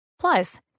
Plus